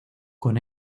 con